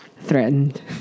threatened